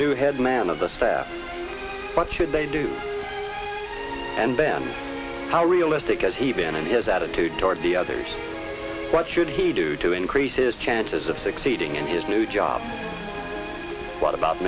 new head man of the step what should they do and then how realistic as he been in his attitude toward the others what should he do to increase his chances of succeeding in his new job what about